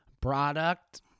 product